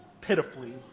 pitifully